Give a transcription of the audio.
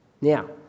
Now